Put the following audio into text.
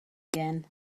again